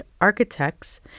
architects